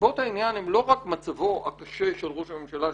נסיבות העניין הן לא רק מצבו הקשה של ראש הממשלה,